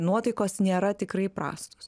nuotaikos nėra tikrai prastos